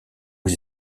aux